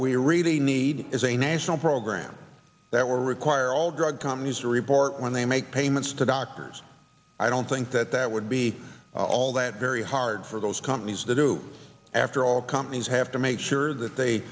we really need is a national program that will require all drug companies to report when they make payments to doctors i don't think that that would be all that very hard for those companies that do after all companies have to make sure that they